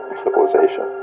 civilization